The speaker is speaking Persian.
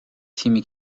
تیمی